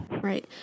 Right